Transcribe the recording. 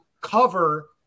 cover